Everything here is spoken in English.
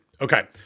Okay